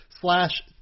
slash